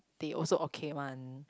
they also okay one